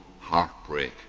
heartbreak